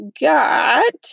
got